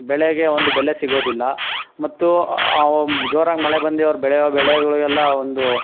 ಬೆಳೆಗೆ ಒಂದು ಬೆಲೆ ಸಿಗೊದಿಲ್ಲ ಮತ್ತು ಜೋರಾಗಿ ಮಳೆ ಬಂದು ಅವ್ರ ಬೆಳೆ ಬೆಳೆಗಳಿಗೆಲ್ಲ ಒಂದು